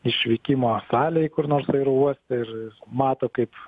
išvykimo salėj kur norsoro uoste ir mato kaip